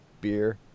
Beer